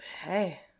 hey